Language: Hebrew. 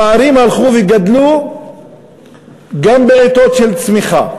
הפערים הלכו וגדלו גם בעתות של צמיחה,